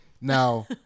now